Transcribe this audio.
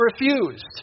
refused